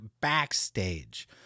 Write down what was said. backstage